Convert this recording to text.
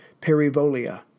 Perivolia